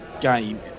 game